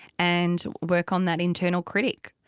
and work on that internal critic.